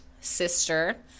sister